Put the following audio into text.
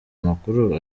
amakuru